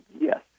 Yes